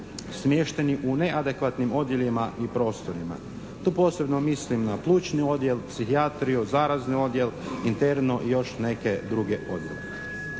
smješteni u neadekvatnim odjelima i prostorima. Tu posebno mislim na Plućni odjel, Psihijatriju, Zarazni odjel, Internu i još neke druge odjele.